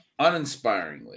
uninspiringly